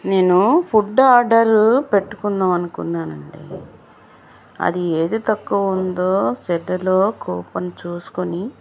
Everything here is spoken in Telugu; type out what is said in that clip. నేను ఫుడ్ ఆర్డరు పెట్టుకుందాం అనుకున్నానండి అది ఏది తక్కువ ఉందో సెటలో కూపన్ చూసుకొని